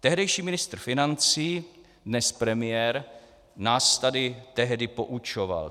Tehdejší ministr financí, dnes premiér nás tady tehdy poučoval.